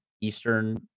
eastern